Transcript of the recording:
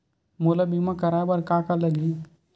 मोला बीमा कराये बर का का लगही?